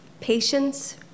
patience